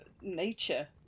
nature